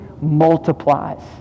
multiplies